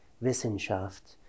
Wissenschaft